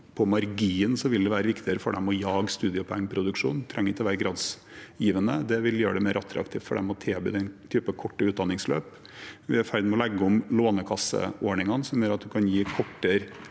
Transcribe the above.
på marginen vil det være viktigere for dem å jage studiepoengproduksjon – det trenger ikke å være gradsgivende. Det vil gjøre det mer attraktivt for dem å tilby den typen korte utdanningsløp. Vi er i ferd med å legge om Lånekassens ordninger, som gjør at en kan gi kortere